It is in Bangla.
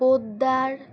পোদ্দার